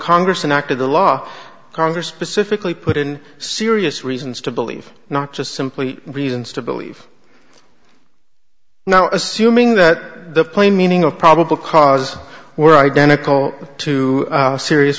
congress an act of the law congress pacifically put in serious reasons to believe not just simply reasons to believe now assuming that the plain meaning of probable cause were identical to serious